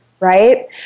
Right